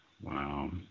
Wow